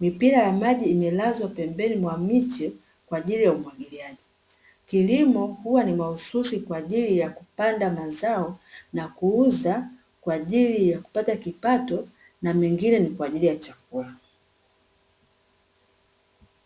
Mipira ya maji imelazwa pembeni ya miche kwa ajili ya umwagiliaji. Kilimo huwa ni mahususi kwa ajili ya kupanda mazao na kuuza kwa ajili ya kupata kipato, na mengine kwa ajili ya kupata chakula.